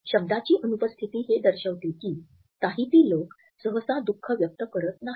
शब्दाची अनुपस्थिती हे दर्शवते की ताहिती लोक सहसा दुःख व्यक्त करत नाहीत